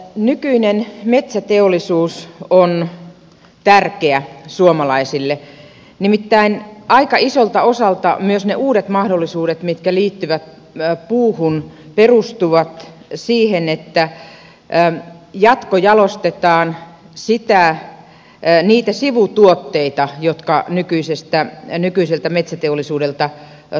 nykyinen metsäteollisuus on tärkeä suomalaisille nimittäin aika isolta osalta myös ne uudet mahdollisuudet mitkä liittyvät puuhun perustuvat siihen että jatkojalostetaan niitä sivutuotteita jotka nykyiseltä metsäteollisuudelta tulevat